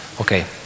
Okay